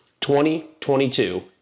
2022